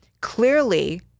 Clearly